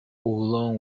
oolong